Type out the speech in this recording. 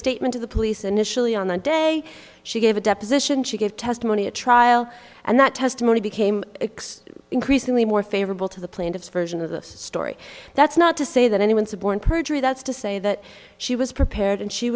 statement to the police initially on the day she gave a deposition she gave testimony at trial and that testimony became increasingly more favorable to the plaintiff's version of the story that's not to say that anyone suborn perjury that's to say that she was prepared and she